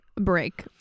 break